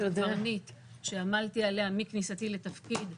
קברניט שעמלתי עליה מכניסתי לתפקיד,